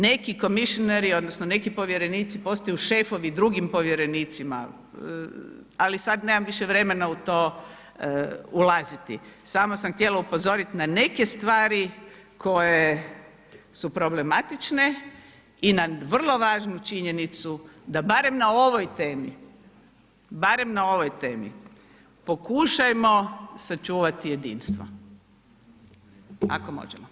Neki komišinari odnosno neki povjerenici postaju šefovi drugim povjerenicima, ali sada nemam više vremena u to ulaziti, samo sam htjela upozoriti na neke stvari koje su problematične i na vrlo važnu činjenicu da barem na ovoj temi pokušajmo sačuvati jedinstvo ako možemo.